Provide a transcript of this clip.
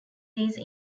these